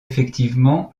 effectivement